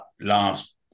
last